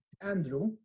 Andrew